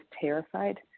terrified